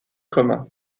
commun